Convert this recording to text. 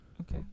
Okay